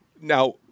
Now